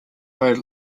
were